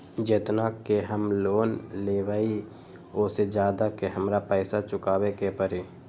जेतना के हम लोन लेबई ओ से ज्यादा के हमरा पैसा चुकाबे के परी?